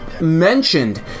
mentioned